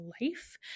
life